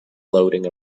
loading